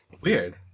Weird